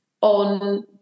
on